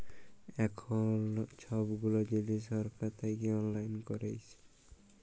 এখল ছব গুলা জিলিস ছরকার থ্যাইকে অললাইল ক্যইরেছে